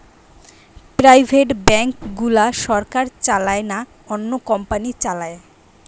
private bank গুলা সরকার চালায় না, অন্য কোম্পানি চালায়